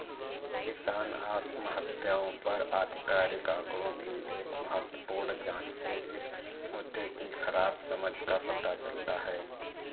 किसान आत्महत्याओं पर आधिकारिक आंकड़ों की एक महत्वपूर्ण जांच से इस मुद्दे की खराब समझ का पता चलता है